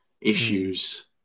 issues